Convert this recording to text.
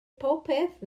popeth